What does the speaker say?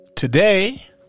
Today